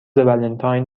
ولنتاین